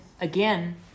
again